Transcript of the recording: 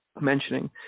mentioning